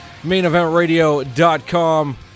maineventradio.com